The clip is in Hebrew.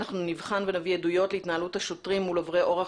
אנחנו נבחן ונביא עדויות להתנהלות השוטרים מול עוברי אורח